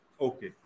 Okay